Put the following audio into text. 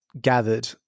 gathered